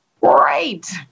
Great